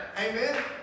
Amen